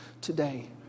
today